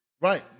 Right